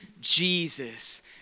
Jesus